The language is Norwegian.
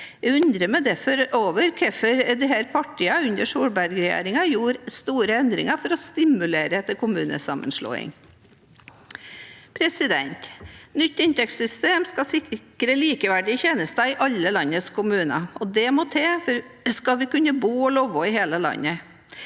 Jeg undrer meg derfor over hvorfor disse partiene under Solberg-regjeringen gjorde store endringer for å stimulere til kommunesammenslåing. Nytt inntektssystem skal sikre likeverdige tjenester i alle landets kommuner. Og det må til skal vi kunne bo og leve i hele landet.